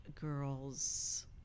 girls